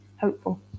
hopeful